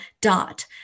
dot